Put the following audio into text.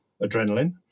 adrenaline